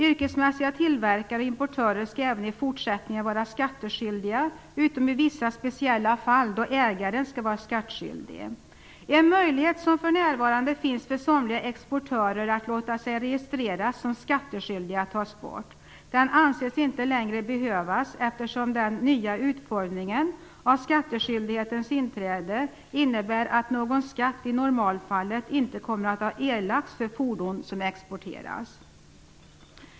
Yrkesmässiga tillverkare och importörer skall även i fortsättningen vara skattskyldiga utom i vissa speciella fall då ägaren skall vara skattskyldig. En möjlighet som för närvarande finns för somliga exportörer att låta sig registreras som skattskyldig skall tas bort. Den anses inte längre behövas, eftersom den nya utformningen av skattskyldighetens inträde innebär att någon skatt i normalfallet inte kommer att ha erlagts för fordon som exporteras.